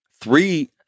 three